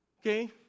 Okay